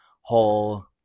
whole